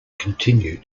continue